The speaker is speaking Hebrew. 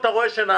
אתם רואים שנעשה,